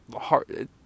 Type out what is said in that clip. hard